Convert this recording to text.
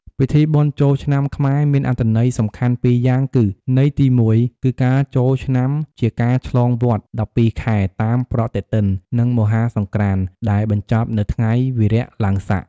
ពិធីបុណ្យចូលឆ្នាំខ្មែរមានអត្ថន័យសំខាន់ ២ យ៉ាងគឺ ន័យទី ១ គឺការចូលឆ្នាំជាការឆ្លងវដ្ត ១២ ខែ តាមប្រតិទិន និងមហាសង្ក្រាន្ត ដែលបញ្ចប់នៅថ្ងៃវារៈឡើងស័ក។